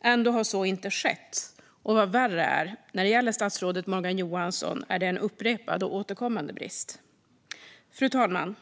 Ändå har så inte varit fallet. Och vad värre är, när det gäller statsrådet Morgan Johansson är det en upprepad och återkommande brist. Fru talman!